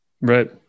Right